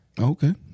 Okay